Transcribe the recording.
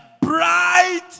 bright